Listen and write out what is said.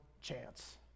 chance